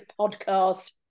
podcast